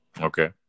okay